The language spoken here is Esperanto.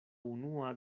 unua